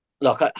look